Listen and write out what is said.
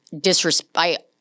disrespect